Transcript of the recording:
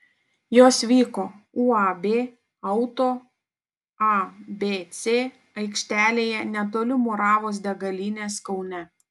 jos vyko uab auto abc aikštelėje netoli muravos degalinės kaune